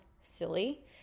silly